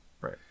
Right